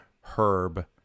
Herb